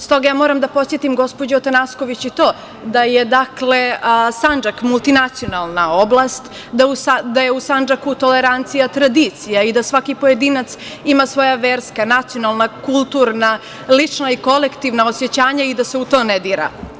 Stoga moram da podsetim gospođu Atanasković i to da je Sandžak multinacionalna oblast, da je u Sandžaku tolerancija tradicija i da svaki pojedinac ima svoja verska, nacionalna, kulturna, lična i kolektivna osećanja i da se u to ne dira.